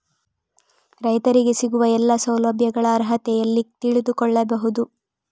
ರೈತರಿಗೆ ಸಿಗುವ ಎಲ್ಲಾ ಸೌಲಭ್ಯಗಳ ಅರ್ಹತೆ ಎಲ್ಲಿ ತಿಳಿದುಕೊಳ್ಳಬಹುದು?